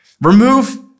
remove